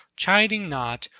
chiding not,